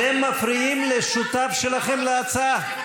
אתם מפריעים לשותף שלכם להצעה.